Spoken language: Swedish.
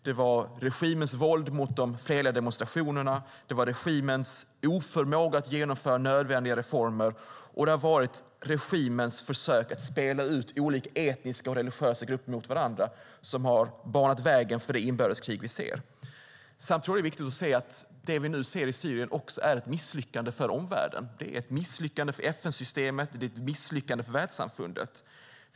Det var regimens våld mot de fredliga demonstrationerna, regimens oförmåga att genomföra nödvändiga reformer och regimens försök att spela ut olika etniska och religiösa grupper mot varandra som banade väg för det inbördeskrig som vi nu ser. Jag tror att det är viktigt att se att det som nu sker i Syrien också är ett misslyckande för omvärlden. Det är ett misslyckande för FN-systemet och för världssamfundet.